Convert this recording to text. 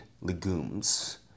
legumes